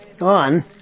on